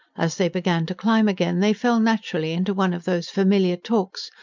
as they began to climb again they fell naturally into one of those familiar talks,